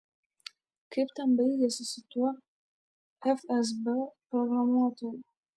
kaip ten baigėsi su tuo fsb programuotoju